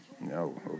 No